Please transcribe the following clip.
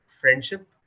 friendship